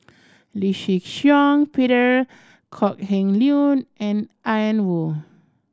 Lee Shih Shiong Peter Kok Heng Leun and Ian Woo